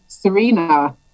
Serena